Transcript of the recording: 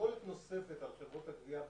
משקולת נוספת על חברות הגבייה,